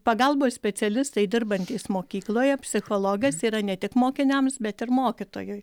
pagalbos specialistai dirbantys mokykloje psichologas yra ne tik mokiniams bet ir mokytojui